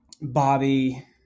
Bobby